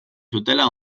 zutela